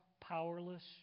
powerless